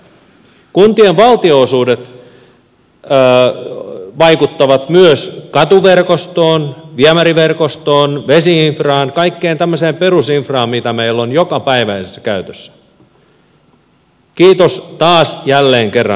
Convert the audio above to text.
kutien valtionosuudet vaikuttavat myös ka tuverkostoon viemäriverkostoon vesi infraan kaikkeen tämmöiseen perusinfraan mitä meillä on jokapäiväisessä käytössä kiitos taas jälleen kerran hallituksen